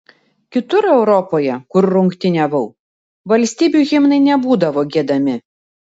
kitur europoje kur rungtyniavau valstybių himnai nebūdavo giedami